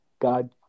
God